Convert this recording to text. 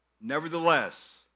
Nevertheless